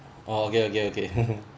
oh okay okay okay